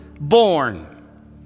born